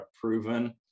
proven